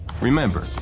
Remember